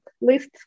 lists